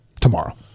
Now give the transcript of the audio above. tomorrow